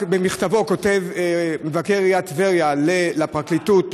במכתבו כותב מבקר עיריית טבריה לפרקליטות,